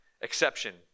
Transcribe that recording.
exception